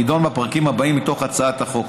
תדון בפרקים הבאים מתוך הצעת החוק,